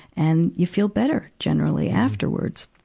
and you feel better generally afterwards.